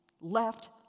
left